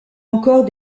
encore